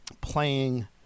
playing